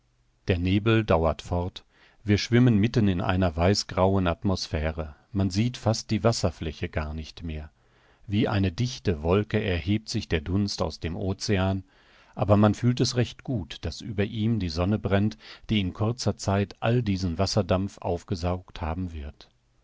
der nebel dauert fort wir schwimmen mitten in einer weißgrauen atmosphäre man sieht fast die wasserfläche gar nicht mehr wie eine dichte wolke erhebt sich der dunst aus dem ocean aber man fühlt es recht gut daß über ihm die sonne brennt die in kurzer zeit all diesen wasserdampf aufgesaugt haben wird